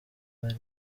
bari